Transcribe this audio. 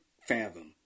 fathom